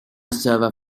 server